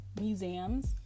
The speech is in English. museums